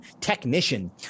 technician